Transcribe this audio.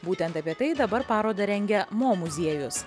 būtent apie tai dabar parodą rengia mo muziejus